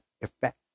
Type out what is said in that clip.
effect